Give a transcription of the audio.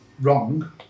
wrong